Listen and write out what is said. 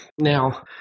Now